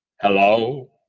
Hello